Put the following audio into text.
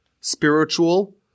Spiritual